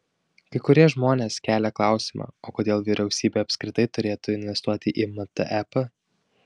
kai kurie žmonės kelia klausimą o kodėl vyriausybė apskritai turėtų investuoti į mtep